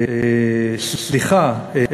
סליחה,